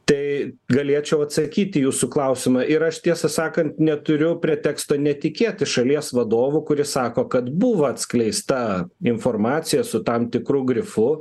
tai galėčiau atsakyti į jūsų klausimą ir aš tiesą sakant neturiu preteksto netikėti šalies vadovu kuris sako kad buvo atskleista informacija su tam tikru grifu